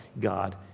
God